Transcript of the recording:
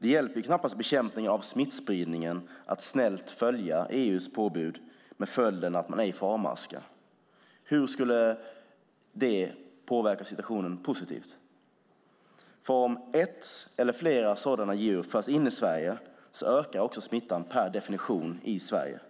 Det är knappast till hjälp för bekämpningen av smittspridningen att snällt följa EU:s påbud som innebär att man inte får avmaska. Hur skulle det påverka situationen positivt? Om ett eller flera sådana djur förs in i Sverige ökar smittan per definition i Sverige.